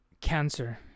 cancer